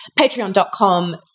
Patreon.com